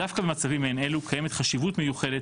דווקא במצבים מעין אלו קיימת חשיבות מיוחדת